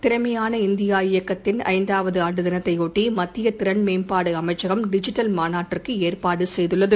திறமையான இந்தியா இயக்கத்தின் ஐந்தாவதுஆண்டுதினத்தையொட்டிமத்தியதிறன்மேம்பாடுஅமைச்சகம் டிஜிட்டல் மாநாட்டுக்குஏற்பாடுசெய்துள்ளது